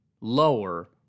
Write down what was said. lower